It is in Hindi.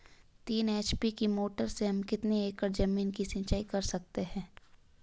तीन एच.पी की मोटर से हम कितनी एकड़ ज़मीन की सिंचाई कर सकते हैं?